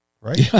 right